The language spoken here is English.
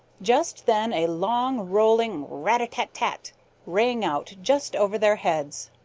just then a long, rolling rat-a-tat-tat rang out just over their heads.